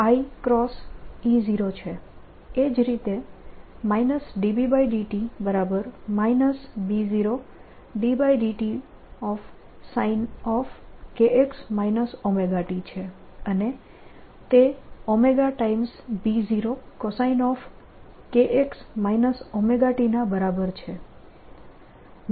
એ જ રીતે ∂B∂t B0∂tsinkx ωt છે અને તે ωB0coskx ωt ના બરાબર છે